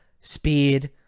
Speed